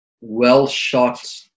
well-shot